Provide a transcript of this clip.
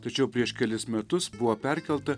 tačiau prieš kelis metus buvo perkelta